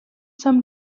some